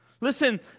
Listen